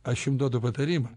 aš jum duodu patarimą